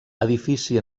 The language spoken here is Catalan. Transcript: edifici